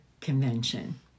Convention